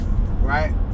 Right